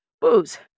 Booze